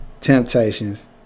Temptations